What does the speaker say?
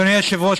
אדוני היושב-ראש,